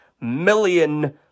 million